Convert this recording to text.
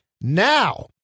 Now